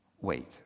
wait